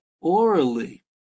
orally